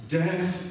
death